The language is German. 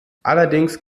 allerdings